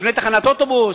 לפני תחנת אוטובוס,